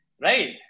right